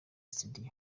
studio